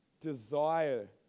Desire